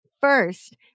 first